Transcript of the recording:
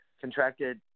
contracted